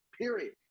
period